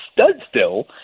Studstill